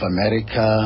America